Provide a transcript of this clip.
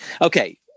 okay